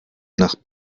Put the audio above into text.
nach